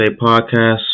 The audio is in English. podcast